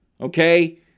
okay